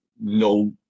no